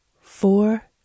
four